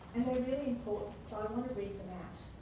really important, so i want